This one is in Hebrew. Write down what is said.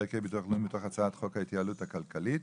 מתוך הצעת חוק ההתייעלות הכלכלית.